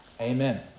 amen